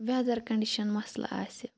weather condition مَسلہٕ آسہِ